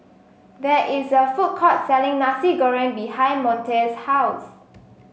there is a food court selling Nasi Goreng behind Monte's house